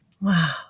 wow